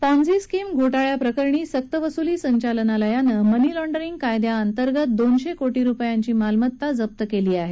Ponzi scheme घोटाळ्याप्रकरणी सक्त वसुली संचालनालयानं मनी लाँड्रींग कायद्यांतर्गत दोनशे कोटी रुपयांची मालमत्ता जप्त केली आहे